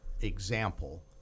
example